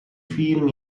film